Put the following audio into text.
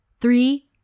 Three